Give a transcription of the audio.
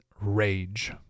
rage